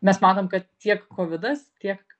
mes matom kad tiek kovidas tiek